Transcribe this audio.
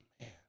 man